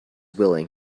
willing